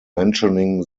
mentioning